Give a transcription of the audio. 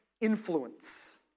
influence